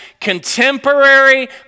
contemporary